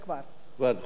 כבר את יכולה לברך.